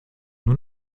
nur